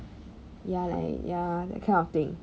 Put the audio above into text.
ya like ya that kind of thing